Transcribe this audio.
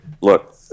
look